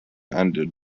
ended